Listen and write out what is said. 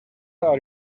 are